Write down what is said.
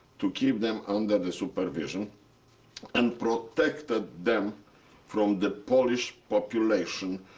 to keep them under the supervision and protected them from the polish population.